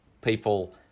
people